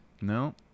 No